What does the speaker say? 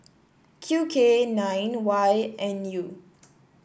Q K nine Y N U